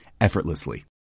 effortlessly